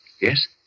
Yes